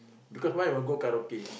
because why we go karaoke